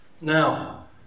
Now